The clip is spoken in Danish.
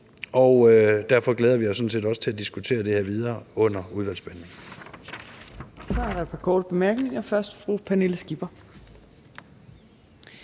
vi os sådan set også til at diskutere det her videre under udvalgsbehandlingen.